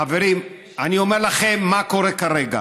חברים, אני אומר לכם מה קורה כרגע: